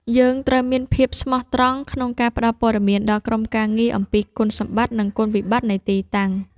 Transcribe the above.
យើងត្រូវមានភាពស្មោះត្រង់ក្នុងការផ្ដល់ព័ត៌មានដល់ក្រុមការងារអំពីគុណសម្បត្តិ និងគុណវិបត្តិនៃទីតាំង។